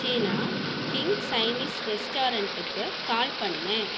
சீனா king Chinese ரெஸ்டாரண்டுக்கு call பண்ணு